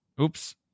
Oops